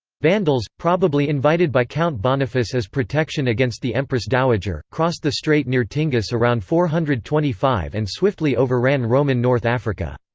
vandals, probably invited by count boniface as protection against the empress dowager, crossed the strait near tingis around four hundred and twenty five and swiftly overran roman north africa.